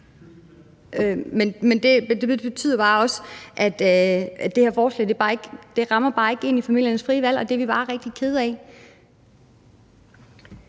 Men det betyder bare også, at det her forslag ikke rammer ind i familiernes frie valg, og det er vi bare rigtig kede af.